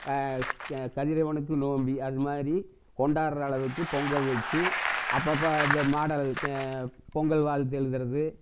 கதிரவனுக்கு நோம்பு அதுமாதிரி கொண்டாடுகிற அளவுக்கு பொங்கல் வச்சு அப்பப்போ அந்த மாடை பொங்கல் வாழ்த்து எழுதுகிறது